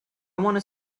want